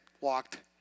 walked